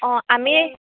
অঁ আমি